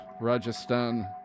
Rajasthan